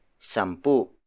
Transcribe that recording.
sampu